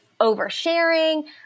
oversharing